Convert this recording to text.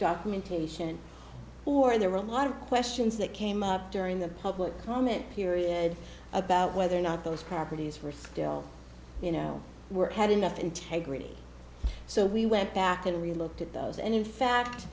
documentation or in there were a lot of questions that came up during the public comment period about whether or not those properties were still you know had enough integrity so we went back and really looked at those and in fact